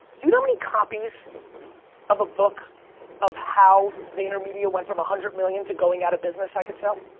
do you know how many copies of a book of how vaynermedia went from a hundred million to going out of business i could sell?